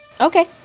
Okay